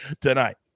tonight